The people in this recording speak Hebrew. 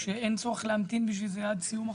שאין צורך להמתין בשביל זה עד סיום החוק.